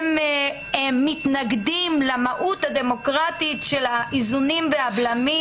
הם מתנגדים למהות הדמוקרטית של האיזונים והבלמים,